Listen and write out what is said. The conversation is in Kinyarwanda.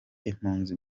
impunzi